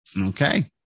okay